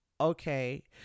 Okay